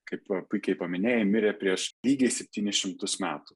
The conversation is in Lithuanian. kaip puikiai paminėjai mirė prieš lygiai septynis šimtus metų